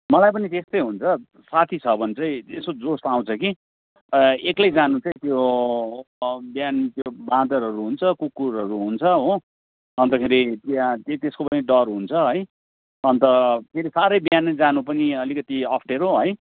मलाई पनि त्यस्तै हुन्छ साथी छ भने चाहिँ यस्तो जोस आउँछ कि एक्लै जानु चाहिँ त्यो बिहान त्यो बाँदरहरू हुन्छ कुकुरहरू हुन्छ हो अन्तखेरि त्यहाँ त्यही त्यसको पनि डर हुन्छ है अन्त फेरि साह्रै बिहान जानु पनि अलिकति अप्ठ्यारो है